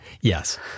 Yes